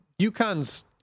UConn's